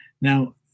Now